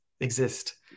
exist